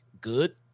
good